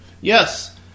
Yes